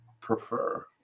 prefer